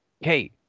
Hey